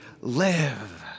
live